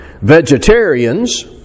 Vegetarians